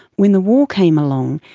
when the war came along,